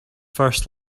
first